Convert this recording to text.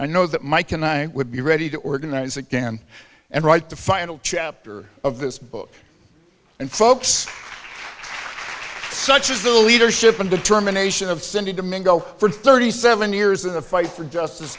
i know that mike and i would be ready to organize again and write the final chapter of this book and folks such as the leadership and determination of cindy domingo for thirty seven years in a fight for justice